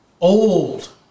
old